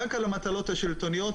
רק על המטלות השלטוניות.